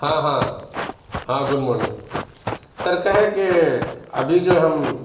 ہاں ہاں ہاں گڈ مارننگ سر کہے کہ ابھی جو ہم